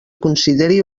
consideri